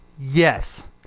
yes